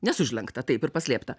nes užlenkta taip ir paslėpta